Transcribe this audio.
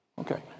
Okay